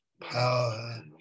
power